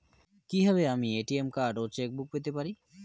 কি কিভাবে আমি এ.টি.এম কার্ড ও চেক বুক পেতে পারি?